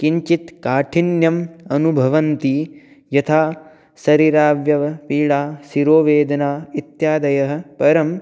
किञ्चित् काठिन्यम् अनुभवन्ति यथा शरीरावयवपीडा शिरोवेदना इत्यादयः परम्